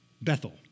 Bethel